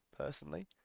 personally